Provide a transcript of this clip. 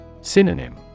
Synonym